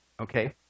okay